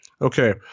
okay